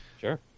Sure